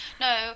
No